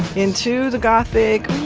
into the gothic.